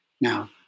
Now